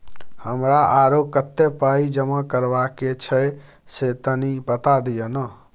हमरा आरो कत्ते पाई जमा करबा के छै से तनी बता दिय न?